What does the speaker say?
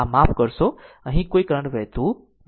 આમ માફ કરશો અહીં કોઈ કરંટ વહેતો નથી